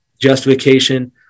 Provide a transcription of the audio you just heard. justification